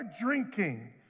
drinking